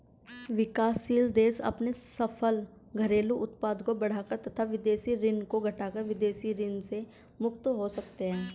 विकासशील देश अपने सकल घरेलू उत्पाद को बढ़ाकर तथा विदेशी ऋण को घटाकर विदेशी ऋण से मुक्त हो सकते हैं